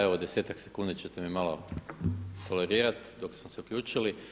Evo desetak sekundi ćete mi malo tolerirat dok sam se uključio.